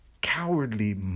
cowardly